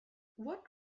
what